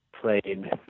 played